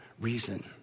reason